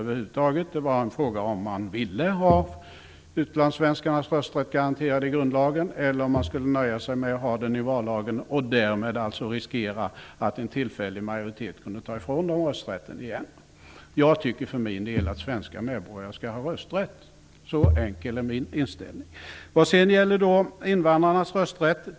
Frågan var om man ville ha utlandssvenskarnas rösträtt garanterad i grundlagen eller om man skulle nöja sig med att den fanns i vallagen och därmed riskera att en tillfällig majoritet skulle kunna ta ifrån dem rösträtten igen. Jag tycker för min del att svenska medborgare skall ha rösträtt. Så enkel är min inställning.